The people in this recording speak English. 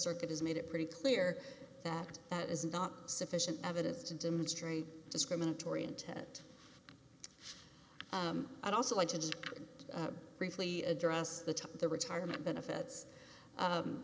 circuit has made it pretty clear that that is not sufficient evidence to demonstrate discriminatory intent i'd also like to just briefly address the top of the retirement benefits